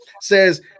says